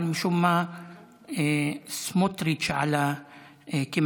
אבל משום מה סמוטריץ' עלה כמצביע,